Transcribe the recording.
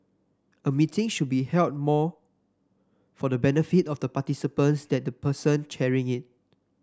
a meeting should be held more for the benefit of the participants than the person chairing it